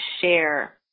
share